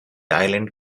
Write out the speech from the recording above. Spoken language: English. island